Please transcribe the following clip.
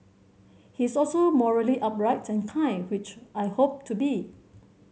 he is also morally upright and kind which I hope to be